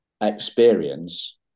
experience